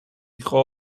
იყო